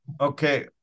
okay